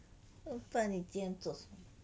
要不然你今天做什么